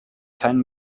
kein